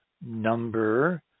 number